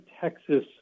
Texas